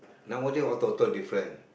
nowadays all total different